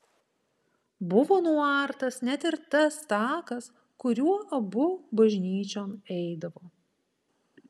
buvo nuartas net ir tas takas kuriuo abu bažnyčion eidavo